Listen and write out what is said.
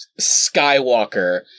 skywalker